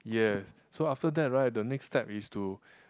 yes so after that right the next step is to